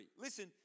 Listen